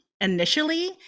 initially